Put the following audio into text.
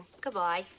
Goodbye